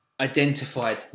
identified